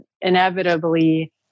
inevitably